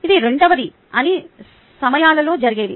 ఈ 2 అవి అన్ని సమయాలలో జరిగేవి